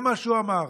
זה מה שהוא אמר.